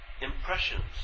impressions